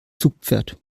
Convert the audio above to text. zugpferd